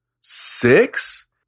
six